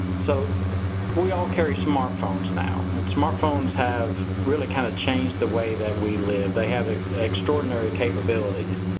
so we all carry smartphones now, and smartphones have really kinda changed the way that we live. they have extraordinary capabilities